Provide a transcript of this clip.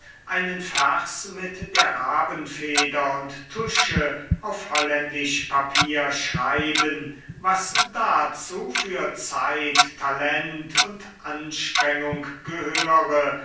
einen vers mit der rabenfeder und tusche auf holländisch papier schreiben was dazu für zeit talent und anstrengung gehöre